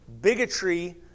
bigotry